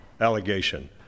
allegation